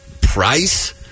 price